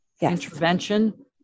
intervention